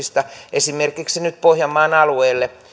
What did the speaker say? esimerkiksi nyt pohjanmaan alueelle